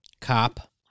cop